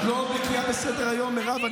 את לא בקיאה בסדר-היום, מירב.